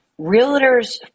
Realtors